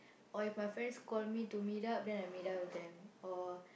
or if my friends call me to meet up then I meet up with them or